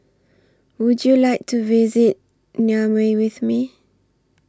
Would YOU like to visit Niamey with Me